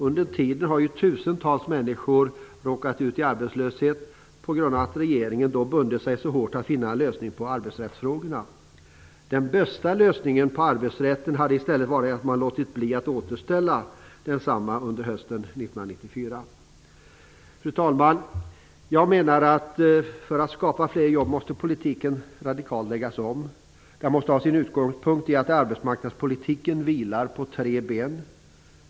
Under tiden har tusentals människor hamnat i arbetslöshet på grund av att regeringen har bundit sig så hårt för att finna en lösning på arbetsrättsfrågorna. Den bästa lösningen på arbetsrätten hade i stället varit att man låtit bli att återställa densamma under hösten 1994. Fru talman! För att man skall kunna skapa fler jobb måste politiken radikalt läggas om. Den måste ha sin utgångspunkt i att arbetsmarknadspolitiken vilar på tre ben.